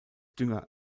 dünger